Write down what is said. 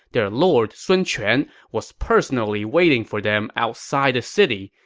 their lord sun quan was personally waiting for them outside the city,